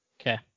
okay